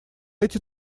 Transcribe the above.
эти